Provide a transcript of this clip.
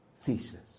thesis